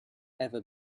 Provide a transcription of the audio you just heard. ever